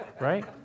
right